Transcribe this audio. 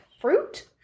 fruit